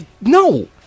no